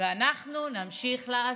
ואנחנו נמשיך לעשות.